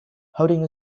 holding